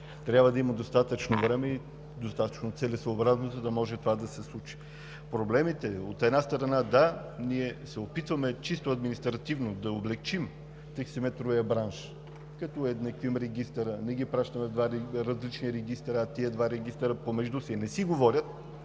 Трябва да има достатъчно време и достатъчно целесъобразност, за да може това да се случи. Проблемите. Да, от една страна, ние се опитваме чисто административно да облекчим таксиметровия бранш, като уеднаквим регистъра. Не ги пращаме в два различни регистъра и тези два регистъра помежду си не си говорят